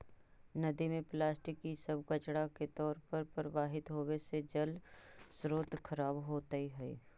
नदि में प्लास्टिक इ सब कचड़ा के तौर पर प्रवाहित होवे से जलस्रोत खराब होइत हई